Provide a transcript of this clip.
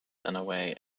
dunaway